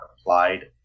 applied